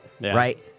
right